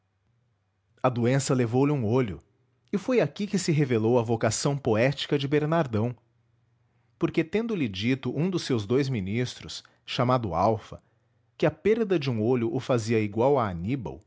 a doença levou-lhe um olho e foi aqui que se revelou a vocação poética de bernardão porque tendo-lhe dito um dos seus dous ministros chamado alfa que a perda de um olho o fazia igual a aníbal